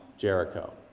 Jericho